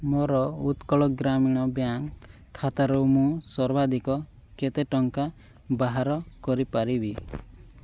ମୋର ଉତ୍କଳ ଗ୍ରାମୀଣ ବ୍ୟାଙ୍କ ଖାତାରୁ ମୁଁ ସର୍ବାଧିକ କେତେ ଟଙ୍କା ବାହାର କରିପାରିବି